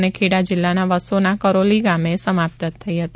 અને ખેડા જિલ્લાના વસોના કરોલી ગામે સમાપ્ત થઈ હતી